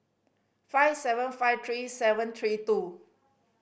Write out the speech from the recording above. five seven five three seven three two